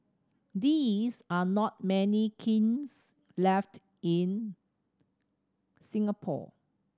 these are not many kilns left in Singapore